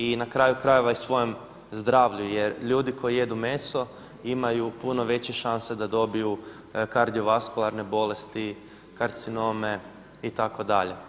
I na kraju krajeva i svojem zdravlju jer ljudi koji jedu meso imaju puno veće šanse da dobiju kardiovaskularne bolesti, karcinome itd.